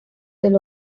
del